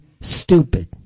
stupid